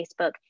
Facebook